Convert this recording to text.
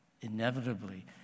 inevitably